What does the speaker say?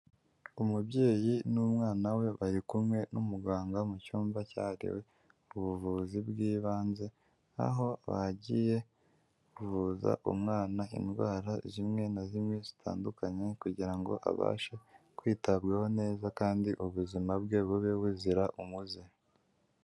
Umubyeyi n'umwana we bari kumwe n'umuganga mu cyumba cyahariwe ubuvuzi bw'ibanze, aho bagiye kuvuza umwana indwara zimwe na zimwe zitandukanye, kugira ngo abashe kwitabwaho neza kandi ubuzima bwe bube buzira umuze.